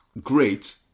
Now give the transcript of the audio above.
great